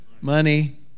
money